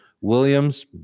Williams